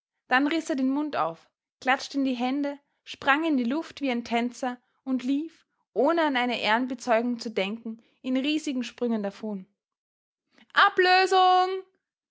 dann riß er den mund auf klatschte in die hände sprang in die luft wie ein tänzer und lief ohne an eine ehrenbezeugung zu denken in riesigen sprüngen davon ablösung